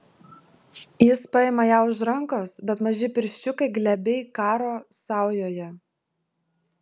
jis paima ją už rankos bet maži pirščiukai glebiai karo saujoje